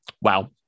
Wow